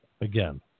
again